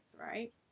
right